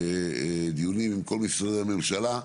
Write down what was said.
דיונים עם כל משרדי הממשלה,